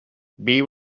bee